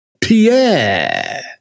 Pierre